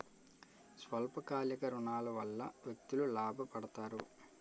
స్వల్ప కాలిక ఋణాల వల్ల వ్యక్తులు లాభ పడతారు